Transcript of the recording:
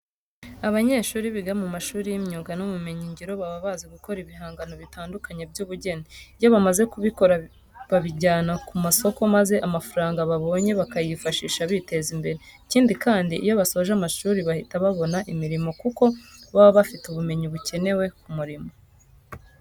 Abanyeshuri biga mu mashuri y'imyuga n'ubumenyingiro baba bazi gukora ibihangano bitandukanye by'ubugeni. Iyo bamaze kubikora babijyana ku masoko maza amafaranga babonye bakayifashisha biteza imbere. Ikindi kandi, iyo basoje amashuri bahita babona imirimo kuko baba bafite ubumenyi bukenewe ku murimo.